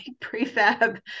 prefab